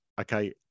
okay